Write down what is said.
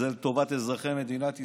זה לטובת אזרחי מדינת ישראל.